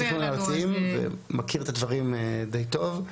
התכנון הארציים ומכיר את הדברים די טוב.